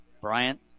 Bryant